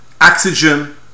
oxygen